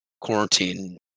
quarantine